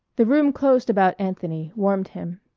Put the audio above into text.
the room closed about anthony, warmed him.